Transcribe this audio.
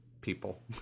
people